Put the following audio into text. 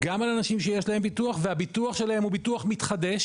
גם על אנשים שיש להם ביטוח והביטוח שלהם הוא ביטוח מתחדש,